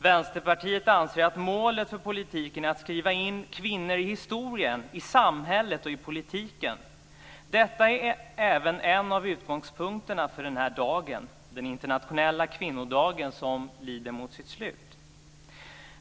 Vänsterpartiet anser att målet för politiken är att skriva in kvinnor i historien, i samhället och i politiken. Detta är även en av utgångspunkterna för den här dagen, den internationella kvinnodagen, som nu lider mot sitt slut.